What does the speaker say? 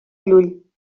llull